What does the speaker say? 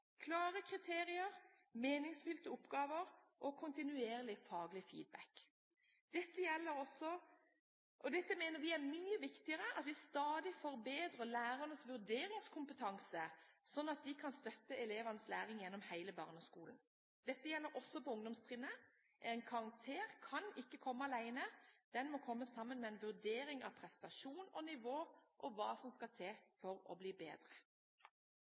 mye viktigere at vi stadig forbedrer lærernes vurderingskompetanse, slik at de kan støtte elevenes læring gjennom hele barneskolen. Dette gjelder også på ungdomstrinnet. En karakter kan ikke komme alene, den må komme sammen med en vurdering av prestasjon og nivå og hva som skal til for å bli bedre.